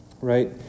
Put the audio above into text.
Right